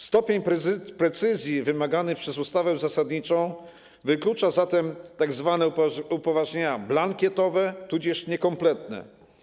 Stopień precyzji wymagany przez ustawę zasadniczą wyklucza zatem tzw. upoważnienia blankietowe tudzież niekompletne.